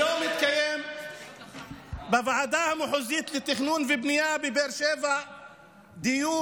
היום התקיים בוועדה המחוזית לתכנון ובנייה בבאר שבע דיון